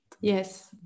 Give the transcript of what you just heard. yes